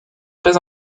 très